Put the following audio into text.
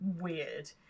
weird